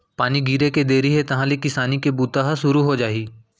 पानी गिरे के देरी हे तहॉं ले किसानी के बूता ह सुरू हो जाही